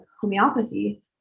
homeopathy